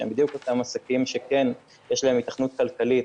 שהם בדיוק אותם עסקים שיש להם היתכנות כלכלית,